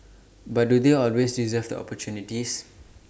but do they always deserve the opportunities